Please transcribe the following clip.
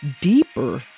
deeper